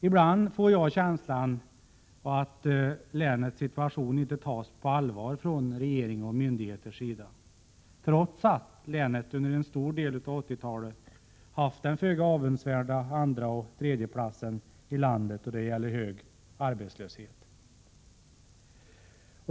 Ibland får jag känslan att länets situation inte tas på allvar från regeringens och myndigheters sida, trots att länet under en stor del av 80-talet haft en föga avundsvärd andra eller tredje plats i landet då det gäller hög arbetslöshet.